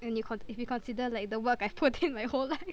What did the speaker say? and you con~ if you consider like the work I've put in my whole life